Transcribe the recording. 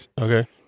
Okay